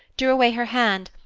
drew away her hand,